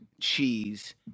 cheese